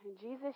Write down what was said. Jesus